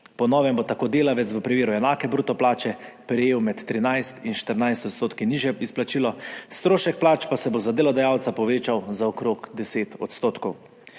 Po novem bo tako delavec v primeru enake bruto plače prejel med 13 % in 14 % nižje izplačilo, strošek plač pa se bo za delodajalca povečal za okrog 10 %.